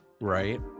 right